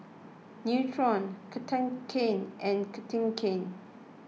Nutren Cartigain and Cartigain